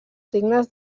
signes